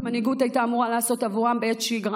מנהיגות הייתה אמורה לעשות עבורם בעת שגרה,